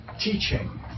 teaching